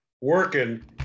working